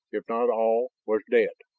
if not all, was dead.